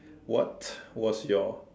what was your